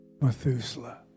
Methuselah